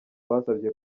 basabye